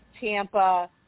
Tampa